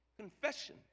Confession